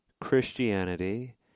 Christianity